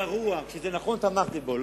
תמכתי בו.